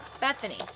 Bethany